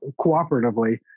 cooperatively